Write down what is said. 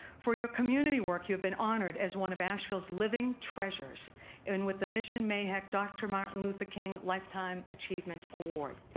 for your community work, you have been honored as one of asheville's living treasures and with the mission mahec dr. martin luther king lifetime achievement award.